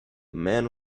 man